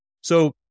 so-